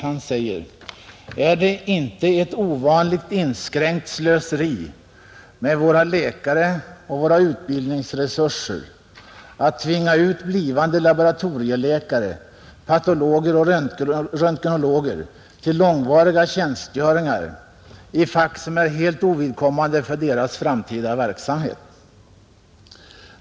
Han säger: ”Är det inte ett ovanligt inskränkt slöseri med våra läkare och våra utbildningsresurser att tvinga ut blivande laboratorieläkare, patologer och röntgenologer till långvariga tjänstgöringar i fack som är helt ovidkommande för deras framtida verksamhet?